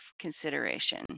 consideration